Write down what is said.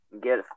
Get